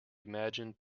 imagined